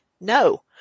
No